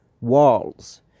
walls